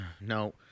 no